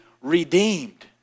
redeemed